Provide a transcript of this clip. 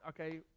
okay